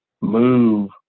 move